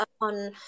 on